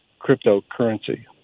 cryptocurrency